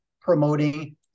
promoting